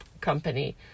company